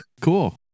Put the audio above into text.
Cool